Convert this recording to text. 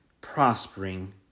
prospering